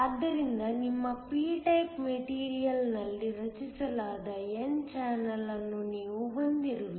ಆದ್ದರಿಂದ ನಿಮ್ಮ p type ಮೆಟೀರಿಯಲ್ನಲ್ಲಿ ರಚಿಸಲಾದ n ಚಾನೆಲ್ ಅನ್ನು ನೀವು ಹೊಂದಿರುವಿರಿ